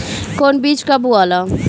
कौन बीज कब बोआला?